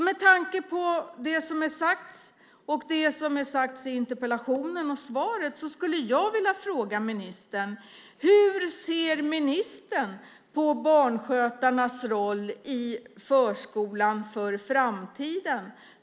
Med tanke på det som har sagts och det som har sagts i interpellationen och i svaret skulle jag vilja fråga ministern: Hur ser ministern på barnskötarnas roll i förskolan inför framtiden?